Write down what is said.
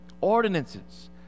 Ordinances